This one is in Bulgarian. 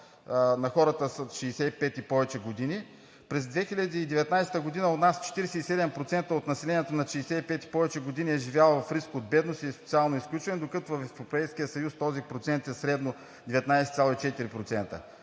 на хората над 65 и повече години, през 2019 г. у нас 47% от населението над 65 и повече години е живяло в риск от бедност или социално изключване, докато в Европейския съюз този процент е средно 19,4%.